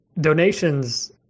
donations